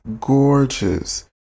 gorgeous